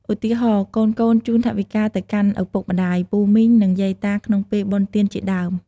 ឧទាហរណ៍៍ កូនៗជូនថវិកាទៅកាន់ឪពុកម្ដាយ ពូមីង និង យាយតាក្នុងពេលបុណ្យទានជាដើម។